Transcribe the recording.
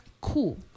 cool